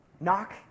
Knock